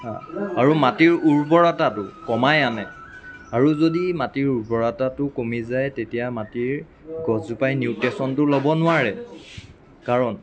আৰু মাটিৰ উৰ্বৰতাটো কমাই আনে আৰু যদি মাটিৰ উৰ্বৰতাটো কমি যায় তেতিয়া মাটিৰ গছজোপাই নিউট্ৰেচনটো ল'ব নোৱাৰে কাৰণ